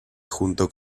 junto